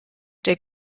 der